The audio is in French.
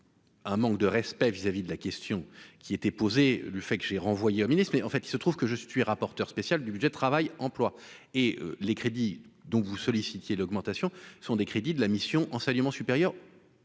Un manque de respect vis à vis de la question qui était posée, le fait que j'ai renvoyé au ministre mais en fait il se trouve que je suis rapporteur spécial du budget, travail, emploi et les crédits dont vous solliciter l'augmentation sont des crédits de la mission enseignement supérieur